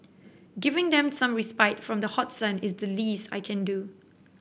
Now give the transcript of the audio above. giving them some respite from the hot sun is the least I can do